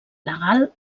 legal